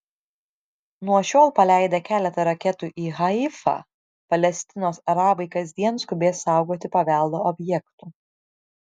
nuo šiol paleidę keletą raketų į haifą palestinos arabai kasdien skubės saugoti paveldo objektų